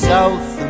South